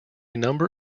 number